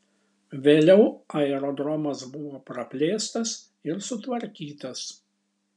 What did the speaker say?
vėliau aerodromas buvo praplėstas ir sutvarkytas